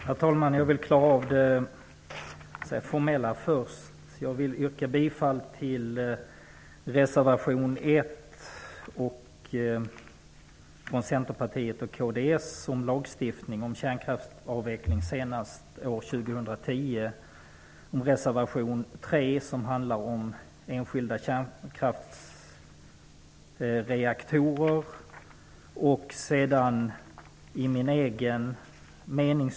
Herr talman! Jag vill klara av det formella först. Jag yrkar bifall till reservation 1, som handlar om lagstiftning om kärnkraftsavveckling senast år 2010, avgiven av Centerpartiet och kds. Jag yrkar också bifall till reservation 3, som handlar om vissa enskilda kärnkraftsreaktorer, avgiven av Centerpartiet.